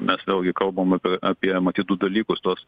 mes vėlgi kalbam apie apie matyt du dalykus tuos